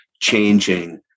changing